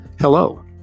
Hello